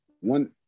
one